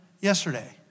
yesterday